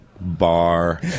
bar